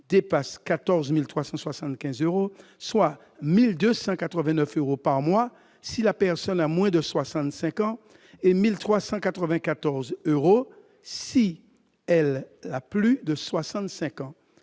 dépasse 14 375 euros, soit 1 289 euros par mois si la personne a moins de 65 ans, et dès 1 394 euros par mois si elle a plus de 65 ans.